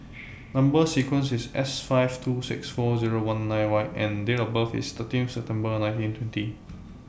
Number sequence IS S five two six four Zero one nine Y and Date of birth IS thirteen September nineteen twenty